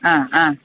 ആ ആ